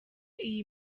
iyi